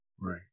Right